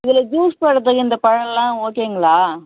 இதில் ஜூஸ் போடுறதுக்கு இந்த பழம்லாம் ஓகேங்களா